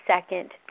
second